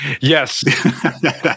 Yes